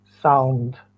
sound